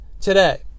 today